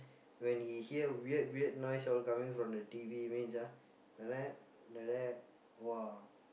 when he hear weird weird noise all coming from the T_V means ah like that like that !wah!